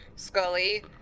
Scully